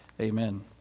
Amen